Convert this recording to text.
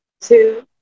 two